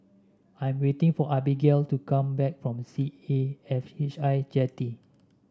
I'm waiting for Abbigail to come back from C A F H I Jetty